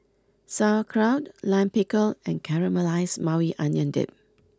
Sauerkraut Lime Pickle and Caramelized Maui Onion Dip